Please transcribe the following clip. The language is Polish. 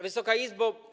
Wysoka Izbo!